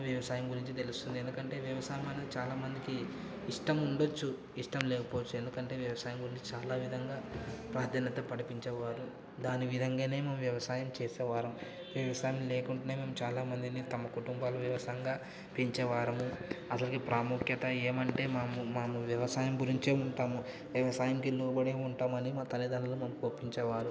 ఆ వ్యవసాయం గురించి తెలుస్తుంది ఎందుకంటే వ్యవసాయం అనేది చాలా మందికి ఇష్టం ఉండవచ్చు ఇష్టం లేకపోవచ్చు ఎందుకంటే వ్యవసాయం గురించి చాలా విధంగా ప్రాధాన్యత గావించేవారు దాని విధంగానే మేం వ్యవసాయం చేసేవారం వ్యవసాయం లేకుంటేనే మేం చాలామందిని తమ కుటుంబాల వ్యవసంగా పెంచేవారము అసలుకి ప్రాముఖ్యత ఏమంటే మాము మాము వ్యవసాయం గురించే ఉంటాము వ్యవసాయంకి లోబడి ఉంటామని మా తల్లిదండ్రులు మాకు ఒప్పించేవారు